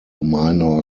minor